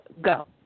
go